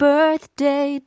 Birthday